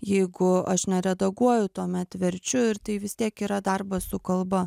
jeigu aš neredaguoju tuomet verčiu ir tai vis tiek yra darbas su kalba